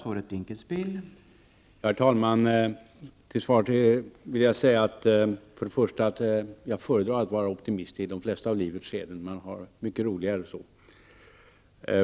Herr talman! Till svar vill jag för det första säga att jag föredrar att vara optimist i de flesta av livets skeden. Man har mycket roligare så.